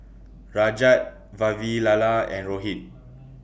Rajat Vavilala and Rohit